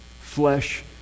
flesh